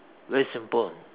very simple